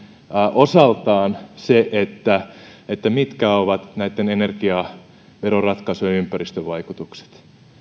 osaltaan se mitkä ovat näiden energiaveroratkaisujen ympäristövaikutukset